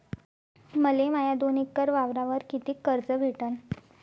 मले माया दोन एकर वावरावर कितीक कर्ज भेटन?